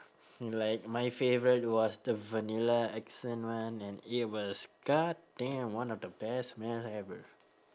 like my favourite was the vanilla essence one and it was god damn one of the best smell ever